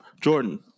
jordan